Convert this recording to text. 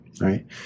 right